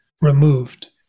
removed